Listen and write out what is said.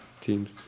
teams